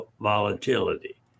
volatility